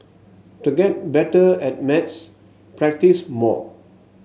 to get better at maths practise more